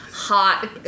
hot